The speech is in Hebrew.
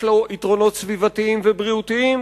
יש לו יתרונות סביבתיים ובריאותיים,